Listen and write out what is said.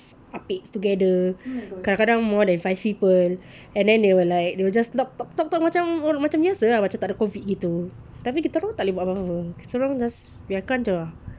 ah pek together kadang-kadang more than five people and then they will like they will just talk talk talk macam biasa lah macam tak ada COVID gitu tapi kita orang tak boleh buat apa-apa kita orang just biarkan jer ah